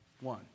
One